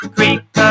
Creep